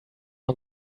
und